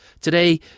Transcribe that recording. Today